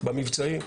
במבצעי.